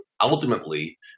ultimately